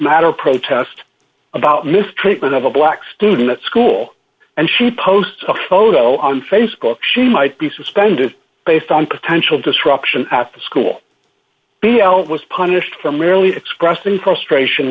matter protest about mistreatment of a black student at school and she posts a photo on facebook she might be suspended based on potential disruption after school b l was punished for merely expressing frustration